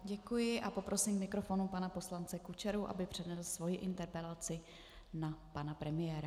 Děkuji a poprosím k mikrofonu pana poslance Kučeru, aby přednesl svoji interpelaci na pana premiéra.